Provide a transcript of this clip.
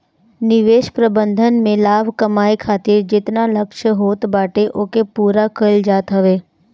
निवेश प्रबंधन में लाभ कमाए खातिर जेतना लक्ष्य होत बाटे ओके पूरा कईल जात हवे